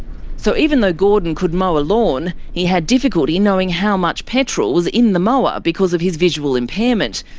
so even though gordon could mow a lawn, he had difficulty knowing how much petrol was in the mower because of his visual impairment.